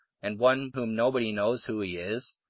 and one whom nobody knows who he is?